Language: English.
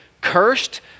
cursed